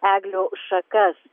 eglių šakas